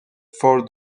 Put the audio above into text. for